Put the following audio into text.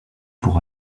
pour